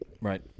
Right